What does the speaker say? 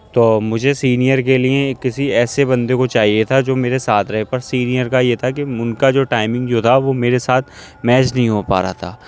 تو مجھے سینیئر کے لیے کسی ایسے بندے کو چاہیے تھا جو میرے ساتھ رہے پر سینیئر کا یہ تھا کہ ان کا جو ٹائمنگ جو تھا وہ میرے ساتھ میچ نہیں ہو پا رہا تھا